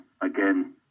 again